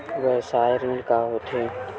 व्यवसाय ऋण का होथे?